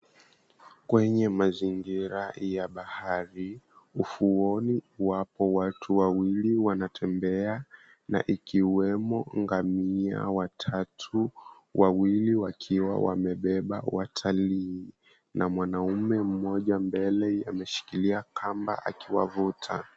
Kwenye mazingira ya bahari, ufuoni wapo watu wawili wanatembea, na ikiwemo ngamia watatu. Wawili wakiwa wamebeba watalii na mwanamume mmoja mbele ameshikilia kamba akiwavuta.